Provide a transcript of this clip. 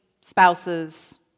spouses